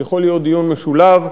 יכול להיות דיון משולב.